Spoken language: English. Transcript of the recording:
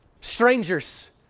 strangers